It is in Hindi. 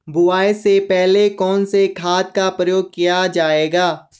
बुआई से पहले कौन से खाद का प्रयोग किया जायेगा?